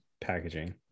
packaging